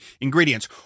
ingredients